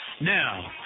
Now